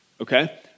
Okay